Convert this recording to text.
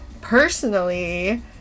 personally